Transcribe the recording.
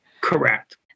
Correct